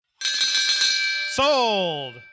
Sold